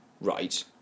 right